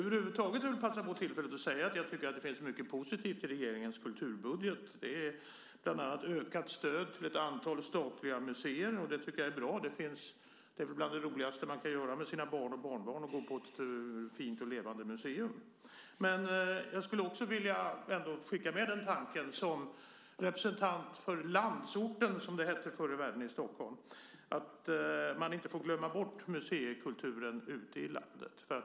Jag vill passa på tillfället att säga att det finns mycket positivt i regeringens kulturbudget. Det är bland annat ökat stöd till ett antal statliga museer, och det tycker jag är bra. Bland det roligaste man kan göra med sina barn och barnbarn är att gå på ett fint och levande museum. Jag vill ändå skicka med en tanke som representant för landsorten, som det hette förr i världen i Stockholm, att man inte får glömma bort museikulturen ute i landet.